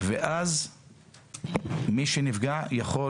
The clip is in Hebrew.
ואז מי שנפגע יכול